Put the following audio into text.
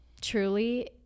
truly